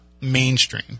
mainstream